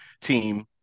team